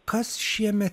kas šiemet